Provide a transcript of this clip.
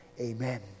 Amen